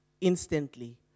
instantly